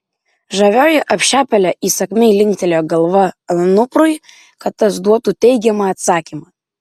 žavioji apšepėlė įsakmiai linktelėjo galva anuprui kad tas duotų teigiamą atsakymą